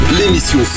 l'émission